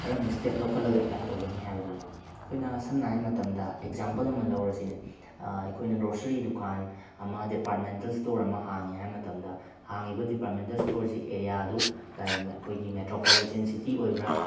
ꯀꯔꯝꯕ ꯁ꯭ꯇꯦꯞ ꯂꯧꯈꯠꯂꯒ ꯑꯦꯞꯄ꯭ꯂꯥꯏ ꯇꯧꯒꯅꯤ ꯍꯥꯏꯕꯗꯨꯅꯦꯕ ꯑꯩꯈꯣꯏꯅ ꯁꯝꯅ ꯍꯥꯏꯕ ꯃꯇꯝꯗ ꯑꯦꯛꯖꯥꯝꯄꯜ ꯑꯃ ꯂꯧꯔꯁꯤꯅꯦ ꯑꯩꯈꯣꯏꯅ ꯒ꯭ꯔꯣꯁꯥꯔꯤ ꯗꯨꯀꯥꯟ ꯑꯃ ꯗꯤꯄꯥꯔꯠꯃꯦꯟꯇꯦꯜ ꯁ꯭ꯇꯣꯔ ꯑꯃ ꯍꯥꯡꯉꯦ ꯍꯥꯏꯕ ꯃꯇꯝꯗ ꯍꯥꯡꯏꯕ ꯗꯤꯄꯥꯔꯠꯃꯦꯟꯇꯦꯜ ꯁ꯭ꯇꯣꯔꯁꯤ ꯑꯦꯔꯤꯌꯥꯗꯨ ꯀꯩ ꯑꯩꯈꯣꯏꯒꯤ ꯃꯦꯇ꯭ꯔꯣꯄꯣꯂꯤꯇꯦꯟ ꯁꯤꯇꯤ ꯑꯣꯏꯕ꯭ꯔ